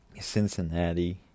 Cincinnati